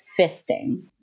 fisting